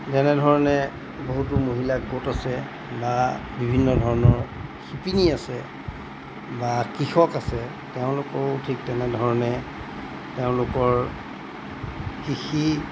যেনেধৰণে বহুতো মহিলা গোট আছে বা বিভিন্ন ধৰণৰ শিপিনী আছে বা কৃষক আছে তেওঁলোকো ঠিক তেনেধৰণে তেওঁলোকৰ কৃষি